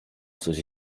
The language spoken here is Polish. coś